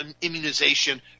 immunization